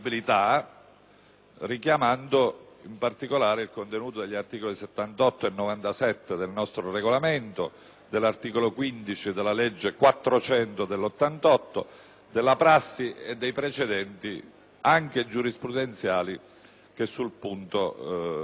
richiamando in particolare il contenuto degli articoli 78 e 97 del nostro Regolamento, dell'articolo 15 della legge n. 400 del 1988, della prassi e dei precedenti, anche giurisprudenziali, che si sono espressi